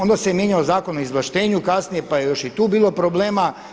Onda se mijenjao Zakon o izvlaštenju kasnije pa je još i tu bilo problema.